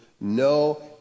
no